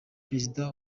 perezida